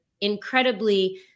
incredibly